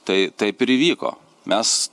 tai taip ir įvyko mes